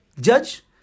judge